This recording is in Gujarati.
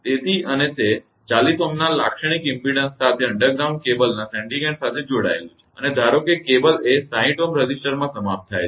તેથી અને તે 40 Ω ના લાક્ષણિક ઇમપેડન્સ સાથે અંડરગ્રાઉન્ડ કેબલના સેન્ડીંગ એન્ડ સાથે જોડાયેલું છે અને ધારો કે કેબલ એ 60 Ω રેઝિસ્ટરમાં સમાપ્ત થાય છે